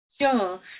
Sure